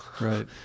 Right